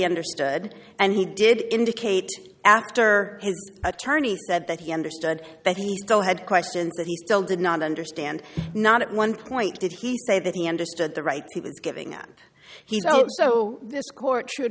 understood and he did indicate after his attorney said that he understood that he still had questions but he still did not understand not at one point did he say that he understood the right he was giving up he's oh so this court should